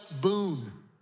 Boone